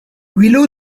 willow